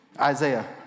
Isaiah